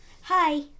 Hi